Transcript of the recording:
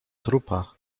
trupa